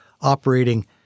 operating